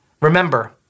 Remember